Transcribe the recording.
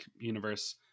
universe